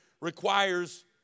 requires